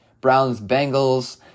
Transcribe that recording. Browns-Bengals